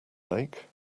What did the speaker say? lake